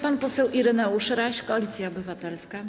Pan poseł Ireneusz Raś, Koalicja Obywatelska.